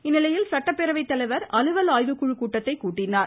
இந்நிலையில் சட்டப்பேரவை தலைவர் அலுவல் ஆய்வுக்குழு கூட்டத்தை கூட்டினார்